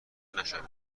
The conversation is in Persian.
نشوید